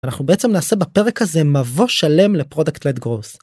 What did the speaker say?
אנחנו בעצם נעשה בפרק הזה מבוא שלם לproduct led growth.